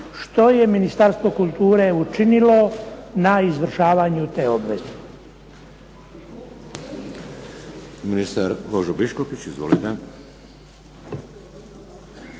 što je Ministarstvo kulture učinilo na izvršavanju te obveze?